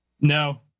No